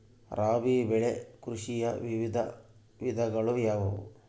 ರಾಬಿ ಬೆಳೆ ಕೃಷಿಯ ವಿವಿಧ ವಿಧಗಳು ಯಾವುವು?